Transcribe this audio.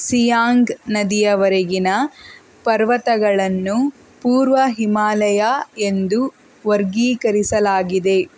ಸಿಯಾಂಗ್ ನದಿಯವರೆಗಿನ ಪರ್ವತಗಳನ್ನು ಪೂರ್ವ ಹಿಮಾಲಯ ಎಂದು ವರ್ಗೀಕರಿಸಲಾಗಿದೆ